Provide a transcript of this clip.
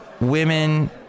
women